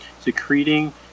secreting